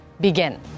begin